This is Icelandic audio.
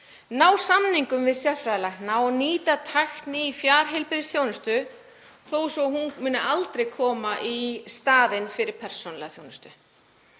ná samningum við sérfræðilækna og nýta tækni í fjarheilbrigðisþjónustu þó svo að hún muni aldrei koma í staðinn fyrir persónulega þjónustu.